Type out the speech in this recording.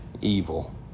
evil